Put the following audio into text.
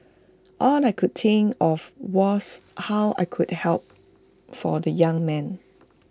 all I could think of was how I could help for the young man